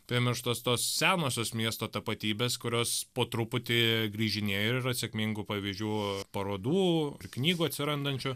primirštos tos senosios miesto tapatybės kurios po truputį grįžinėja ir yra sėkmingų pavyzdžių parodų knygų atsirandančių